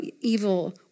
evil